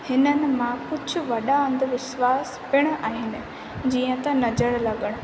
हिननि मां कुझु वॾा अंधविश्वास पिणि आहिनि जीअं त नज़रु लॻणु